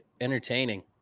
entertaining